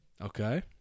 Okay